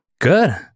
good